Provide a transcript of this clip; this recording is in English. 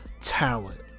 talent